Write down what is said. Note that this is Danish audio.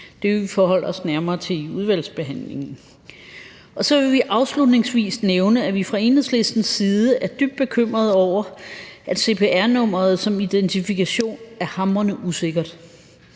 Det vil vi forholde os nærmere til i udvalgsbehandlingen. Så vil vi afslutningsvis nævne, at vi fra Enhedslistens side er dybt bekymrede over, at cpr-nummeret som identifikation er hamrende usikkert,